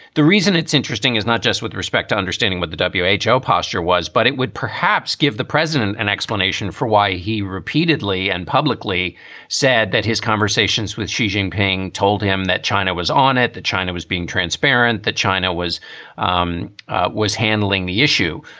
the reason it's interesting is not just with respect to understanding what the whl yeah ah posture was, but it would perhaps give the president an explanation for why he repeatedly and publicly said that his conversations with xi jinping told him that china was on it, that china was being transparent, that china was um was handling the issue.